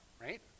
right